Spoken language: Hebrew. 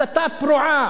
הסתה פרועה.